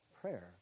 prayer